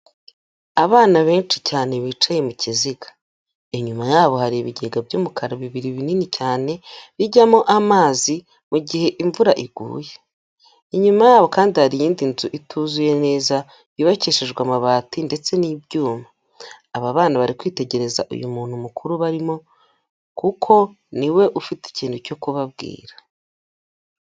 Abana benshi cyane bicaye mu kiziga, inyuma yabo hari ibigega by'umukara bibiri binini cyane bijyamo amazi mu gihe imvura iguye, inyuma yabo kandi hari iyindi nzu ituzuye neza yubakishijwe amabati ndetse n'ibyuma, aba bana bari kwitegereza uyu muntu mukuru ubarimo kuko niwe ufite ikintu cyo kubabwira.